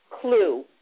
clue